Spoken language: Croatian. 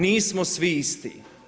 Nismo svi isti.